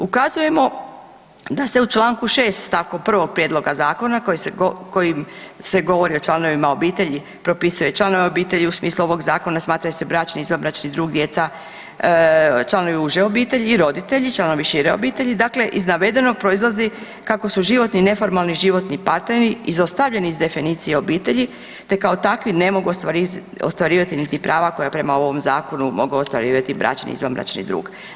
Ukazujemo da se u Članku 6. stavku 1. prijedloga zakona kojim se govori o članovima obitelji, propisuje članovima obitelji u smislu ovog zakona smatraju se bračni, izvanbračni drug, djeca članovi uže obitelji i roditelji članovi šire obitelji, dakle iz navedenog proizlazi kako su životni i neformalni životni partneri izostavljeni iz definicije obitelji te kao takvi ne mogu ostvarivati niti prava koja prema ovom zakonu mogu ostvarivati bračni i izvanbračni drug.